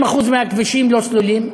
20% מהכבישים לא סלולים,